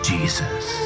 Jesus